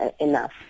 enough